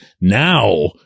now